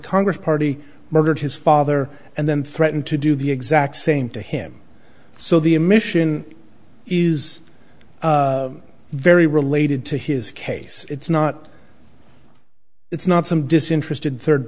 congress party murdered his father and then threaten to do the exact same to him so the emission is very related to his case it's not it's not some disinterested third